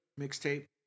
mixtape